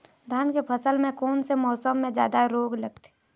धान के फसल मे कोन से मौसम मे जादा रोग लगथे?